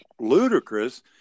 ludicrous